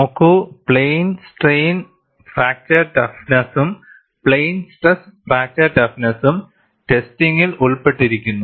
നോക്കൂ plane strain fracture ടഫ്നെസ്സ്സും plane stress fracture ടഫ്നെസ്സ്സും ടെസ്റ്റിംഗിൽ ഉൾപ്പെട്ടിരിക്കുന്നു